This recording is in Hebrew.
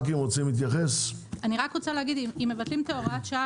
אם מבטלים את הוראת השעה,